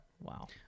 Wow